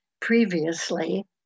previously